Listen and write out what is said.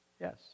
Yes